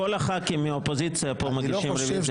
כל חברי הכנסת מהאופוזיציה שנמצאים כאן מגישים רוויזיה.